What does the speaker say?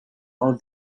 all